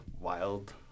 wild